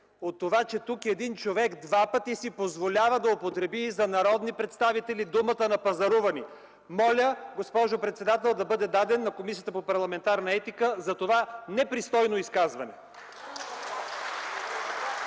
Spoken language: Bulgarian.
от това, че тук един човек два пъти си позволява да употреби за народни представители думата „напазарувани”. Моля, госпожо председател, да бъде даден на Комисията по парламентарна